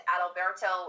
Adalberto